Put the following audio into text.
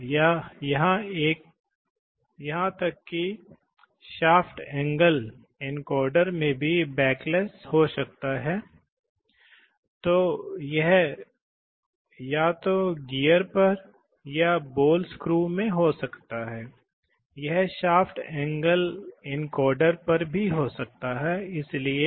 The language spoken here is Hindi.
यह इस स्थिति में आ जाएगा जब यह इस स्थिति में आता है तो यह दबाव जुड़ा होता है और इसलिए यह दबाव हो जाता है अब दिलचस्प बात यह है कि इस पुश बटन की आवश्यकता नहीं है आपको एक को दबाए रखने की आवश्यकता नहीं है क्योंकि एक बार दबाव यहाँ विकसित होता है कि एक ही दबाव वापस खिलाया जा रहा है और यह कनेक्शन गलत है प्रतिक्रिया है और इसे यहां से जोड़ा जाना चाहिए यह कनेक्शन गलत है